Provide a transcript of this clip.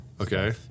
Okay